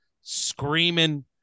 screaming